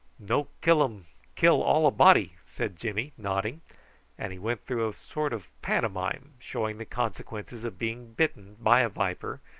no killum kill all a body, said jimmy nodding and he went through a sort of pantomime, showing the consequences of being bitten by a viper,